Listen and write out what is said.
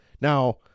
Now